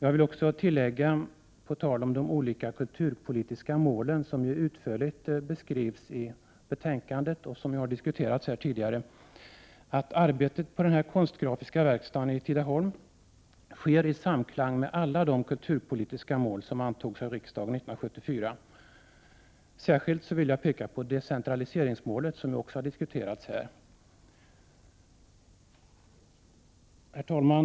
Jag vill också tillägga, på tal om de olika kulturpolitiska mål som ju utförligt beskrivs i betänkandet och som har diskuterats här tidigare, att arbetet på den konstgrafiska verkstaden i Tidaholm sker i samklang med de kulturpolitiska mål som antogs av riksdagen 1974. Särskilt vill jag peka på decentraliseringsmålet som också har diskuterats här. Herr talman!